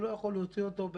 הוא לא יכול להוציא אותו,